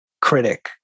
critic